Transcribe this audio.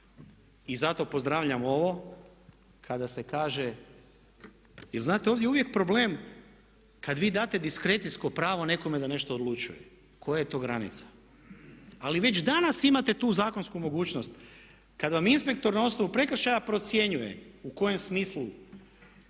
I zato pozdravljam ovo kada se kaže, jer znate ovdje je uvijek problem kad vi date diskrecijsko pravo nekome na nešto odlučuje, koja je to granica? Ali već danas imate tu zakonsku mogućnost kad vam inspektor na osnovu prekršaja procjenjuje u kojem smislu